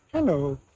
Hello